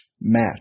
Match